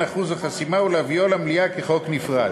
אחוז החסימה ולהביאו למליאה כחוק נפרד.